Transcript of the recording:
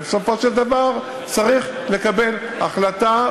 ובסופו של דבר צריך לקבל החלטה,